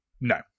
No